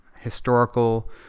historical